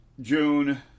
June